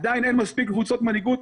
עדיין אין מספיק קבוצות מנהיגות.